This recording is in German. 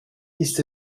ist